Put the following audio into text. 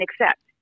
accept